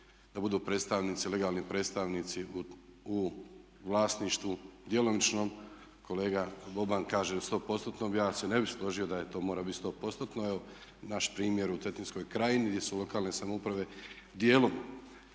da budu predstavnici, legalni predstavnici u vlasništvu djelomičnom. Kolega Boban kaže u 100%-tnom, ja se ne bih složio da to mora biti 100%-tno. Evo naš primjer u Cetinskoj krajini gdje su lokalne samouprave dijelom